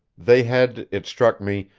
they had, it struck me,